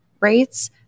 rates